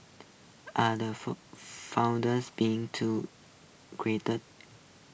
are the founders being too greater